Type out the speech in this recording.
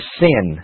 sin